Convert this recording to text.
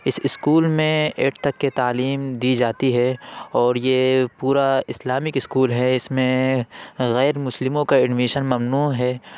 اس school میں eight تک کی تعلیم دی جاتی ہے اور یہ پورا اسلامک اسکول ہے اس میں غیرمسلموں کا ایڈمیشن ممنوع ہے